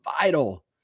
vital